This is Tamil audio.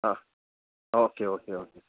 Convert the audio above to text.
ah okay okay okay